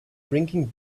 drinking